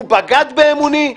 הוא בגד באמוני,